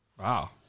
Wow